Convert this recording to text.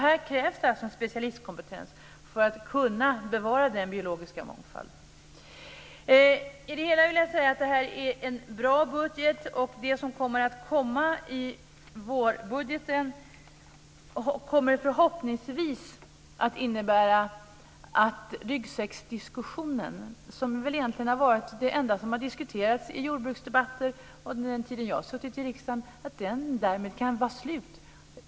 Här krävs alltså specialistkompetens för att kunna bevara den biologiska mångfalden. I det hela vill jag säga att det här är en bra budget. Det som kommer i vårbudgeten kommer förhoppningsvis att innebära att ryggsäcksdiskussionen - ryggsäcken är egentligen det enda som har diskuterats i jordbruksdebatter under den tid jag har suttit i riksdagen - därmed kan vara slut.